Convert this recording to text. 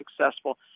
successful